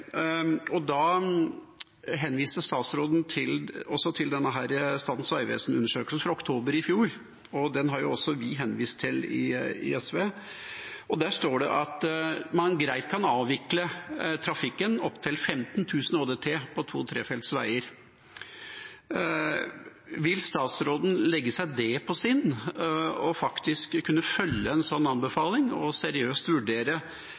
henviste statsråden til undersøkelsen fra Statens vegvesen fra oktober i fjor, og den har jo også vi i SV henvist til. Der står det at man greit kan avvikle trafikken opptil 15 000 ÅDT på to- og trefelts veier. Vil statsråden ta til seg det og faktisk kunne følge en slik anbefaling og seriøst vurdere